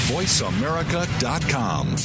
VoiceAmerica.com